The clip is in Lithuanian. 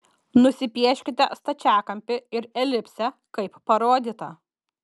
nusipieškite stačiakampį ir elipsę kaip parodyta